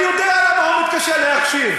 אני יודע למה הוא מתקשה להקשיב,